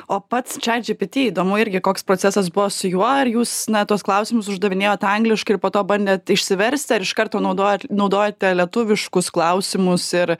o pats chat gpt įdomu irgi koks procesas buvo su juo ar jūs na tuos klausimus uždavinėjot angliškai ir po to bandėt išsiversti ar iš karto naudojot naudojate lietuviškus klausimus ir